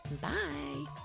Bye